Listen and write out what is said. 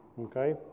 okay